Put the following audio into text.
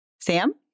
Sam